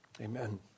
Amen